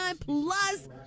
plus